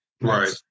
right